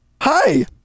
hi